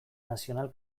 nazional